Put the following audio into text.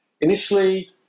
initially